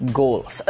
goals